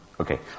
Okay